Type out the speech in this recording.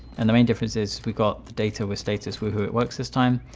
and the main difference is we got the data with status woohoo it works this time.